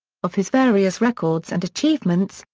of his various records and achievements,